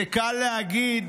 זה קל להגיד